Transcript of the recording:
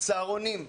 צהרונים.